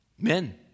Men